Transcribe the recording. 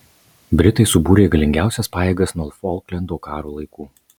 britai subūrė galingiausias pajėgas nuo folklendo karo laikų